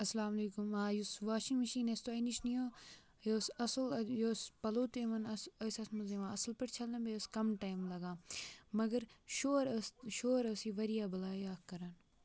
السلامُ علیکُم آ یُس واشِنٛگ مِشیٖن اَسہِ تۄہہِ نِش نِیو یہِ ٲس اَصٕل یہِ ٲس پَلو تہِ یِوان اَصٕل ٲس اَتھ منٛز یِوان اَصٕل پٲٹھۍ چھَلنہٕ بیٚیہِ اوس کَم ٹایِم لَگان مگر شور ٲس شور ٲس یہِ واریاہ بَلاے اَکھ کَران